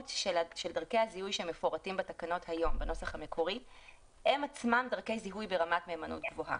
דרכי הזיהוי שמפורטות היום הן עצמן דרכי זיהוי ברמת מהימנות גבוהה.